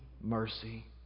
mercy